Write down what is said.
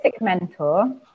mentor